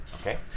okay